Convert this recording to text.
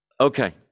Okay